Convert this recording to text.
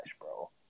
bro